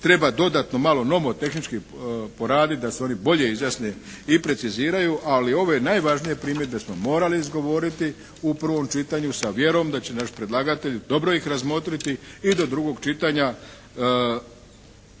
treba dodatno malo nomotehnički poraditi da se oni bolje izjasne i preciziraju ali ove najvažnije primjedbe smo morali izgovoriti u prvom čitanju sa vjerom da će naš predlagatelj dobro ih razmotriti i do drugog čitanja